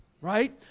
Right